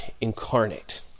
incarnate